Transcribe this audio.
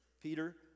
Peter